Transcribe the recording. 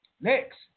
Next